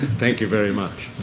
thank you very much.